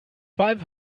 five